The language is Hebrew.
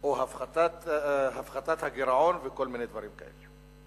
או הפחתת הגירעון וכל מיני דברים כאלה.